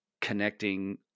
connecting